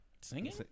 Singing